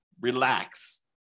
relax